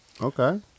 okay